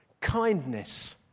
kindness